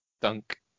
Dunk